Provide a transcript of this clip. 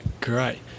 Great